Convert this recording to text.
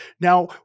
Now